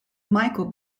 michael